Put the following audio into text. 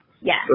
Yes